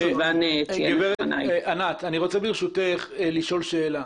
ברשותך, אני רוצה לשאול שאלה.